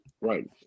Right